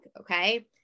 Okay